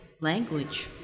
language